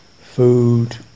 food